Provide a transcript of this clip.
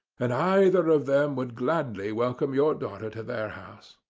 and either of them would gladly welcome your daughter to their house.